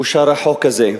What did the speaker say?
אושר החוק הזה.